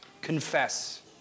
confess